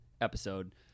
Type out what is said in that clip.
episode